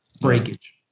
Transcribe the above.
breakage